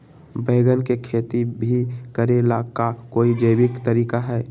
बैंगन के खेती भी करे ला का कोई जैविक तरीका है?